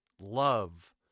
love